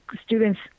students